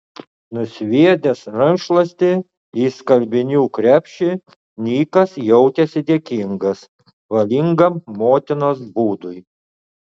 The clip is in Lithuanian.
nusviedęs rankšluostį į skalbinių krepšį nikas jautėsi dėkingas valingam motinos būdui